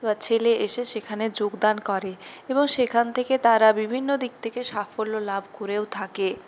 বা ছেলে এসে সেখানে যোগদান করে এবং সেখান থেকে তারা বিভিন্ন দিক থেকে সাফল্য লাভ করেও থাকে